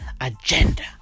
Agenda